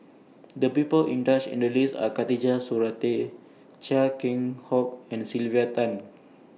The People in Does in The list Are Khatijah Surattee Chia Keng Hock and Sylvia Tan